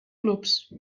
clubs